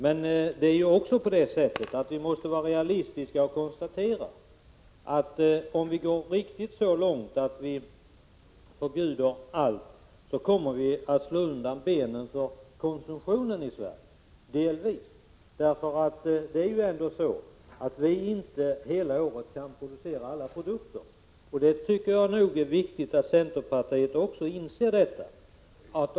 Samtidigt måste vi dock vara realistiska och konstatera att om vi går så långt att vi förbjuder allt, kommer vi delvis att slå undan benen för konsumtionen i Sverige. Vi kan inte under hela året producera alla produkter, och det tycker jag nog att centerpartiet måste inse.